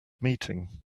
meeting